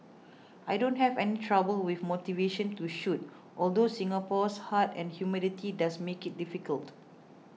I don't have any trouble with motivation to shoot although Singapore's heat and humidity does make it difficult